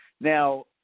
now